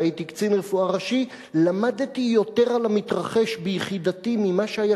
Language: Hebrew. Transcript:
והייתי קצין רפואה ראשי למדתי על המתרחש ביחידתי מתוך מה שהיה